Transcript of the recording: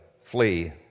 flee